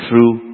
True